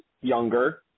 younger